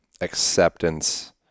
acceptance